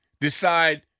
decide